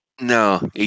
No